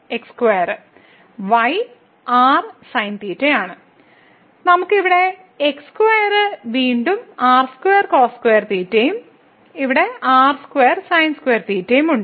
sinθ ആണ് നമുക്ക് ഇവിടെ x2 വീണ്ടും r2cos2θ യും r2sin2θ യും ഉണ്ട്